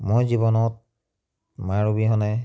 মই জীৱনত মাৰ অবিহনে